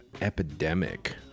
epidemic